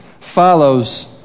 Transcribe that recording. follows